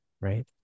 right